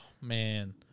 Man